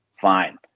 fine